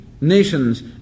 nations